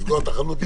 לסגור את החנות,